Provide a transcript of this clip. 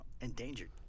endangered